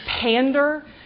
pander